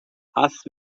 حدس